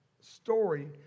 story